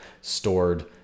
stored